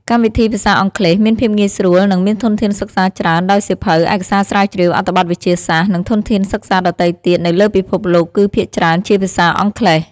កម្មវិធីភាសាអង់គ្លេសមានភាពងាយស្រួលនិង មានធនធានសិក្សាច្រើន ដោយសៀវភៅ ឯកសារស្រាវជ្រាវ អត្ថបទវិទ្យាសាស្ត្រ និងធនធានសិក្សាដទៃទៀតនៅលើពិភពលោកគឺភាគច្រើនជាភាសាអង់គ្លេស។